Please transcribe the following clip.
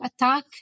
attack